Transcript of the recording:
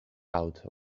out